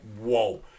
Whoa